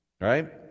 Right